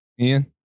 Ian